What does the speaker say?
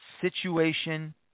situation